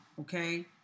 Okay